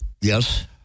yes